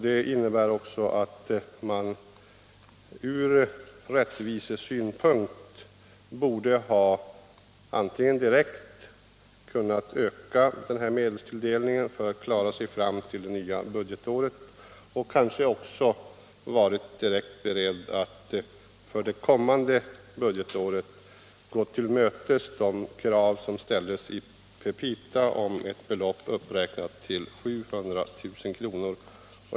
Det innebär också att man från rättvisesynpunkt direkt borde ha kunnat öka medelstilldelningen fram till det nya budgetåret och varit beredd att för det kommande budgetåret gå till mötes de krav som ställdes i petita på ett belopp uppräknat till 700 000 kr.